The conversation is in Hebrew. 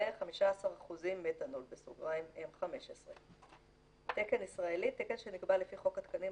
ו 15% מתנול (M15); "תקן ישראלי" תקן שנקבע לפי חוק התקנים,